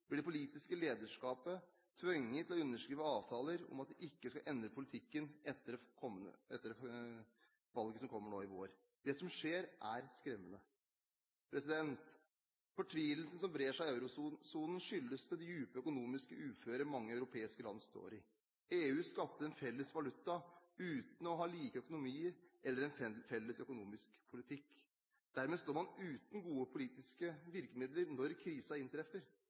det politiske lederskapet tvunget til å underskrive avtaler om at de ikke skal endre politikken etter valget som kommer nå i vår. Det som skjer, er skremmende. Fortvilelsen som brer seg i eurosonen, skyldes det dype økonomiske uføret mange europeiske land står i. EU skapte en felles valuta uten å ha like økonomier eller en felles økonomisk politikk. Dermed står man uten gode politiske virkemidler når krisen inntreffer.